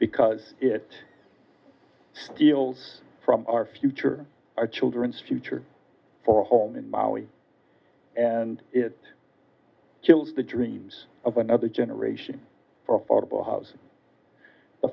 because it steals from our future our children's future for home in maui and it kills the dreams of another generation